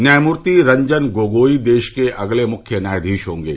न्यायमूर्ति रंजन गोगोई देश के अगले मुख्य न्यायाधीश होंगे